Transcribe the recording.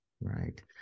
right